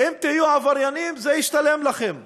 אם תהיו עבריינים, זה ישתלם לכם.